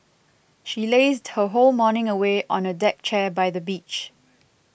she lazed her whole morning away on a deck chair by the beach